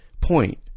point